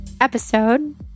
episode